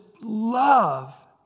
love